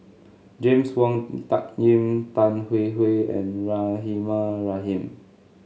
James Wong Tuck Yim Tan Hwee Hwee and Rahimah Rahim